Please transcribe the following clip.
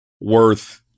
worth –